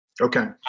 Okay